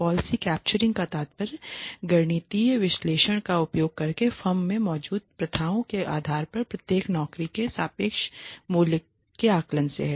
policy capturing का तात्पर्य गणितीय विश्लेषण का उपयोग करके फर्म की मौजूदा प्रथाओं के आधार पर प्रत्येक नौकरी के सापेक्ष मूल्य के आकलन से है